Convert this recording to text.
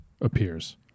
appears